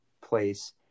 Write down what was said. place